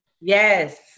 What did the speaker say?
Yes